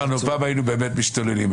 פעם היינו באמת משתוללים,